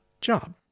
job